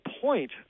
point